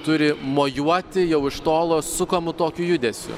turi mojuoti jau iš tolo sukamu tokiu judesiu